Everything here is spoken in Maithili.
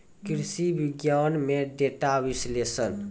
कृषि विज्ञान में डेटा विश्लेषण